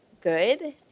good